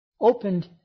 opened